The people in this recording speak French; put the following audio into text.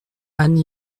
anne